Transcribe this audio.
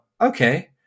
okay